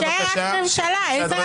תישאר רק ממשלה, איזה רשויות?